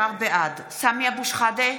בעד סמי אבו שחאדה,